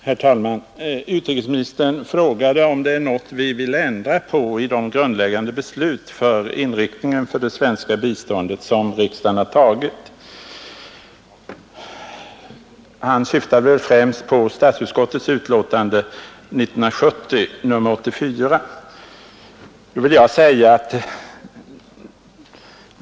Herr talman! Utrikesministern frågade om det är något vi vill ändra på i de grundläggande beslut för inriktningen av det svenska biståndet som riksdagen har tagit. Han syftade främst på statsutskottets utlåtande nr 84 år 1970.